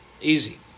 Easy